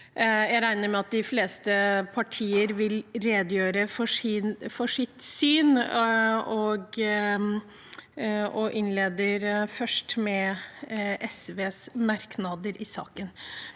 Jeg regner med at de fleste partier vil redegjøre for sitt syn, og jeg innleder med SVs merknader i saken.